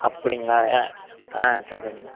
அப்படிங்களா ஆ ஆ சேர் சரிங்க